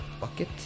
Bucket